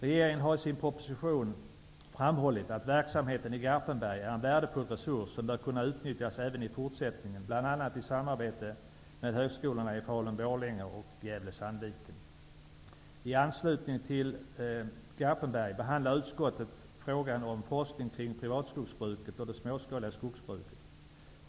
Regeringen har i sin proposition framhållit att verksamheten i Garpenberg är en värdefull resurs, som bör kunna utnyttjas även i fortsättningen bl.a. i samarbete med högskolorna i Falun-Borlänge och Gävle I anslutning till Garpenberg behandlar utskottet frågan om forskning kring privatskogsbruket och det småskaliga skogsbruket.